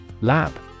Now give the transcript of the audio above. Lab